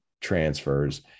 transfers